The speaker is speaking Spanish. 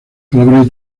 palabras